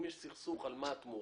אם יש סכסוך על מה התמורה,